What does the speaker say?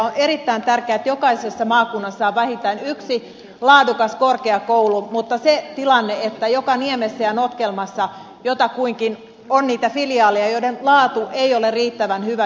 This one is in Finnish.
on erittäin tärkeää että jokaisessa maakunnassa on vähintään yksi laadukas korkeakoulu mutta se tilanne että joka niemessä ja notkelmassa jotakuinkin on niitä filiaaleja joiden laatu ei ole riittävän hyvä on mahdoton